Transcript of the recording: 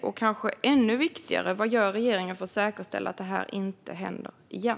Och - kanske ännu viktigare - vad gör regeringen för att säkerställa att det här inte ska hända igen?